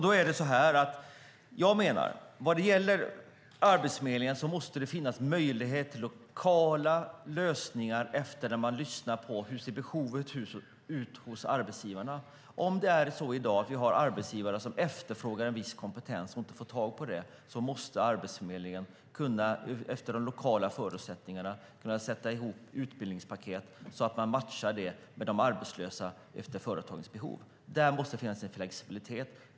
Då menar jag att det vad gäller Arbetsförmedlingen måste finnas lokala lösningar utifrån att man lyssnar på hur behovet ser ut hos arbetsgivarna. Om det är så i dag att vi har arbetsgivare som efterfrågar en viss kompetens och inte får tag på den måste Arbetsförmedlingen efter de lokala förutsättningarna kunna sätta ihop utbildningspaket så att man matchar de arbetslösa med företagens behov. Där måste finnas en flexibilitet.